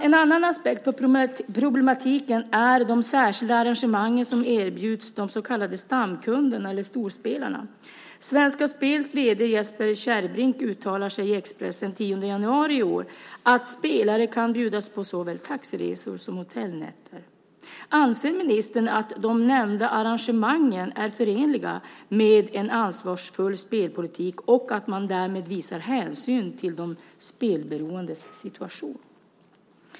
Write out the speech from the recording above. En annan aspekt på problematiken är de särskilda arrangemang som erbjuds de så kallade stamkunderna eller storspelarna. Svenska Spels vd Jesper Kärrbrink uttalar sig i Expressen den 10 januari i år och säger att spelare kan bjudas på såväl taxiresor som hotellnätter. Anser ministern att de nämnda arrangemangen är förenliga med en ansvarsfull spelpolitik och att man därmed visar hänsyn till de spelberoendes situation?